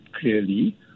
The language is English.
clearly